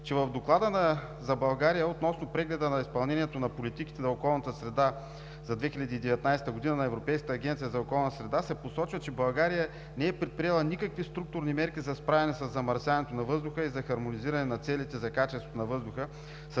че в Доклада за България относно прегледа на изпълнението на политиките за околната среда за 2019 г. на Европейската агенция за околна среда се посочва, че България не е предприела никакви структурни мерки за справяне със замърсяването на въздуха и за хармонизиране на целите за качеството на въздуха